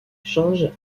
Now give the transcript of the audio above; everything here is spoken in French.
charge